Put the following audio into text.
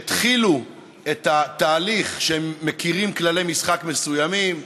שהתחילו את התהליך כשהם מכירים כללי משחק מסוימים,